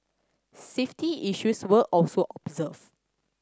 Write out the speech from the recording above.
safety issues were also observed